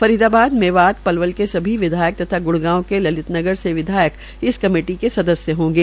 फरीदाबाद मेवात पलवल के सभी विधायक तथा ग्ड़गांव के ललित नगर से विधायक इस कमेटी के सदस्य होंगे